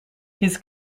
his